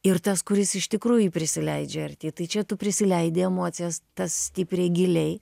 ir tas kuris iš tikrųjų jį prisileidžia arti tai čia tu prisileidi emocijas tas stipriai giliai